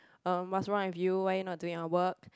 um what's wrong with you why you are not doing your work